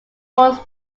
forms